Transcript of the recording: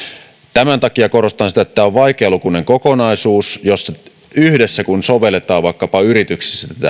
tämän takia korostan sitä että tämä on vaikealukuinen kokonaisuus jonka kanssa kun sovelletaan vaikkapa yrityksissä tätä